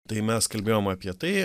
tai mes kalbėjom apie tai